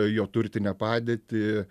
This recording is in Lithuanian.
jo turtinę padėtį